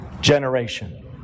generation